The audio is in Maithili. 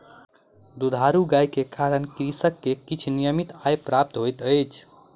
दुधारू गाय के कारण कृषक के किछ नियमित आय प्राप्त होइत अछि